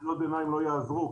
קריאות ביניים לא יעזרו,